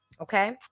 Okay